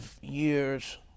years